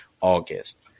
August